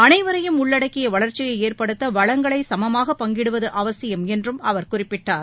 அனைவரையும் உள்ளடக்கிய வளர்ச்சியை ஏற்படுத்த வளங்களை சமமாக பங்கிடுவது அவசியம் என்றும் அவர் குறிப்பிட்டார்